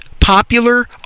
popular